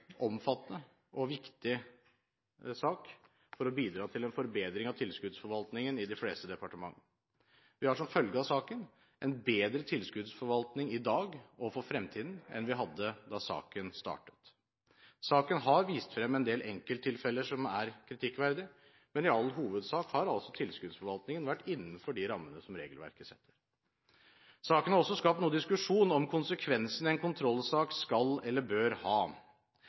bedre tilskuddsforvaltning i dag og for fremtiden enn vi hadde da saken startet. Saken har vist frem en del enkelttilfeller som er kritikkverdige, men i all hovedsak har tilskuddsforvaltningen vært innenfor de rammene som regelverket setter. Saken har også skapt noe diskusjon om konsekvensene en kontrollsak skal eller bør ha.